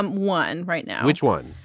and one right now. which one?